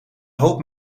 hoop